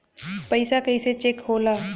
पैसा कइसे चेक होला?